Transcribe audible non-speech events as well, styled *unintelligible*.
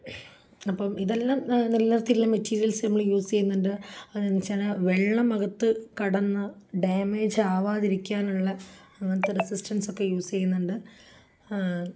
അപ്പോള് ഇതെല്ലാം നല്ല *unintelligible* ള്ള മെറ്റീരിയൽസ് നമ്മള് യൂസ് ചെയ്യുന്നുണ്ട് അതെന്നുവച്ചാല് വെള്ളമകത്തു കടന്ന് ഡാമേജ് ആവാതിരിക്കാനുള്ള അങ്ങനത്തെ റെസിസ്റ്റൻസൊക്കെ യൂസെയ്യുന്നുണ്ട്